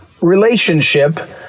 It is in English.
relationship